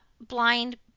blind